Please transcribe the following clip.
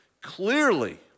clearly